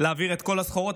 להעביר את כל הסחורות?